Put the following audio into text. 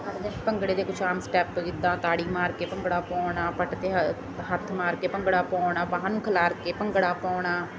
ਭੰਗੜੇ ਦੇ ਕੁਛ ਆਮ ਸਟੈਪ ਗਿੱਧਾ ਤਾੜੀ ਮਾਰ ਕੇ ਭੰਗੜਾ ਪਾਉਣਾ ਪੱਟ 'ਤੇ ਹ ਹੱਥ ਮਾਰ ਕੇ ਭੰਗੜਾ ਪਾਉਣਾ ਬਾਹਾਂ ਨੂੰ ਖਿਲਾਰ ਕੇ ਭੰਗੜਾ ਪਾਉਣਾ